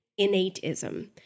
innateism